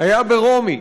היה ברומי